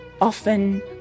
often